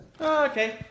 Okay